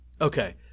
Okay